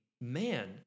Man